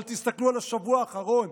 אבל תסתכלו על השבוע האחרון,